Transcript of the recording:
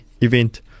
event